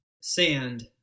sand